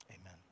Amen